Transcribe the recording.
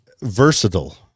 versatile